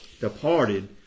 departed